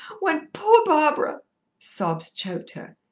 when poor barbara sobs choked her.